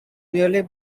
nearby